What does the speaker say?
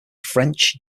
french